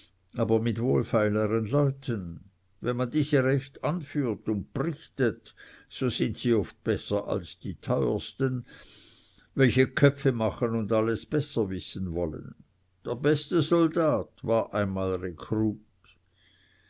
aber mit wohlfeilern leuten wenn man diese recht anführt und brichtet so sind sie oft besser als die teuersten welche köpfe machen und alles besser wissen wollen der beste soldat war einmal